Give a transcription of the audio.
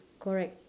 correct